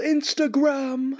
Instagram